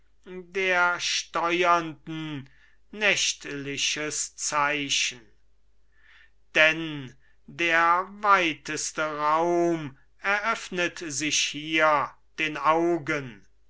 der steuernden nächtliches zeichen denn der weiteste raum eröffnet hier sich den augen